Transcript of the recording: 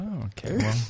Okay